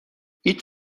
هیچ